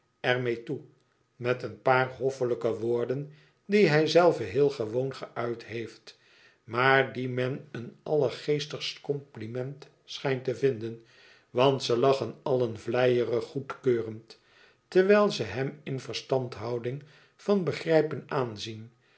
toe met een paar hoffelijke woorden die hijzelve heel gewoon geuit heeft maar die men een allergeestigst compliment schijnt te vinden want ze lachen allen vleierig goedkeurend terwijl ze hem in verstandhouding van begrijpen aanzien